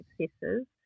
successes